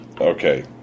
Okay